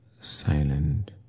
silent